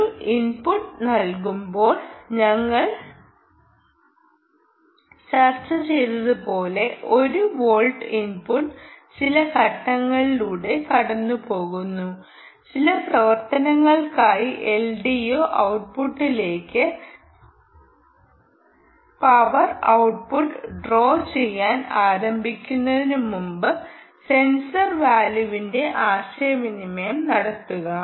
ഒരു ഇൻപുട്ട് നൽകുമ്പോൾ ഞങ്ങൾ ചർച്ച ചെയ്തതുപോലെ 1 വോൾട്ട് ഇൻപുട്ട് ചില ഘട്ടങ്ങളിലൂടെ കടന്നുപോകുന്നു ചില പ്രവർത്തനങ്ങൾക്കായി എൽഡിഒ ഔട്ട്പുട്ടിലേക്ക് പവർ ഔട്ട്പുട്ട് ഡ്രോ ചെയ്യാൻ ആരംഭിക്കുന്നതിനുമുമ്പ് സെൻസർ വാല്യുവിന്റെ ആശയവിനിമയം നടത്തുക